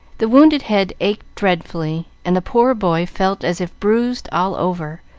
the wounded head ached dreadfully, and the poor boy felt as if bruised all over,